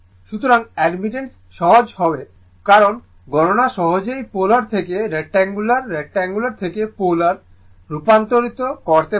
সুতরাং অ্যাডমিটেন্স সহজ হবে কারণ গণনা সহজেই পোলার থেকে রেসিট্যাঙ্গুলার রেসিট্যাঙ্গুলার থেকে পোলারে রূপান্তর করতে পারে